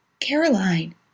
Caroline